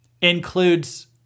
includes